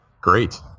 Great